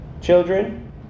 children